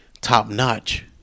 top-notch